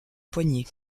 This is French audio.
poignet